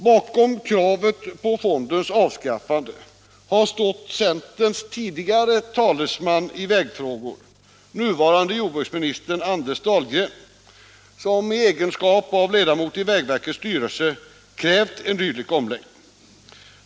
Bakom kravet på fondens avskaffande har stått centerns tidigare talesman i vägfrågor, nuvarande jordbruksministern Anders Dahlgren, som i egenskap av ledamot i vägverkets styrelse krävt en dylik omläggning.